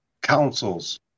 councils